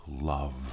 love